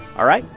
all right.